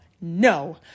No